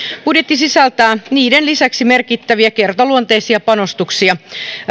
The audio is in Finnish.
budjetti sisältää niiden lisäksi merkittäviä kertaluonteisia panostuksia